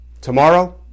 Tomorrow